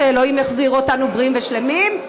שאלוהים יחזיר אותנו בריאים ושלמים,